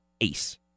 Ace